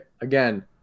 Again